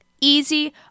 easy